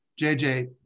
JJ